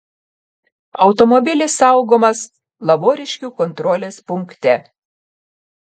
automobilis saugomas lavoriškių kontrolės punkte